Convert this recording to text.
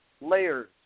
layers